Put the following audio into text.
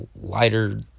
lighter